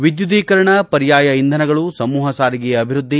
ವಿದ್ಯುದೀಕರಣ ಪರ್ಯಾಯ ಇಂಧನಗಳು ಸಮೂಹ ಸಾರಿಗೆಯ ಅಭಿವೃದ್ದಿ